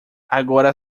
agora